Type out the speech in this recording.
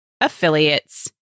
affiliates